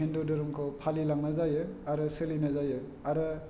हिन्दु धोरोमखौ फालिलांनाय जायो आरो सोलिनाय जायो आरो